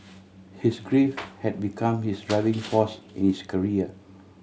his grief had become his driving force in his career